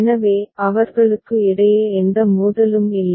எனவே அவர்களுக்கு இடையே எந்த மோதலும் இல்லை